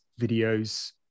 videos